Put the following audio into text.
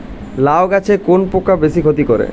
লাউ গাছে কোন পোকা বেশি ক্ষতি করে?